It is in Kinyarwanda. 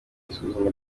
isuzuma